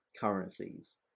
currencies